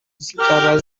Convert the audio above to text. zikaba